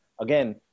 Again